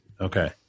Okay